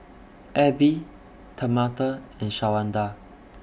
Abbie Tamatha and Shawanda